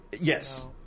Yes